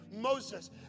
Moses